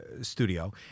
studio